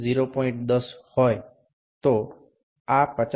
10 હોય તો આ 50